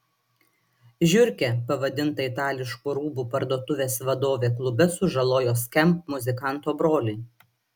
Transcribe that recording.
žiurke pavadinta itališkų rūbų parduotuvės vadovė klube sužalojo skamp muzikanto brolį